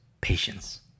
patience